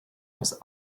was